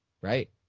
right